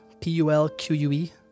P-U-L-Q-U-E